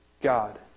God